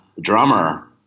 drummer